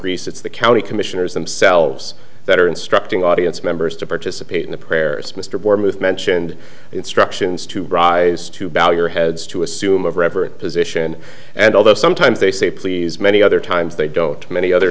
greece it's the county commissioners themselves that are instructing audience members to participate in the prayers mr ward with mentioned instructions to rise to bow your heads to assume of every position and although sometimes they say please many other times they go to many other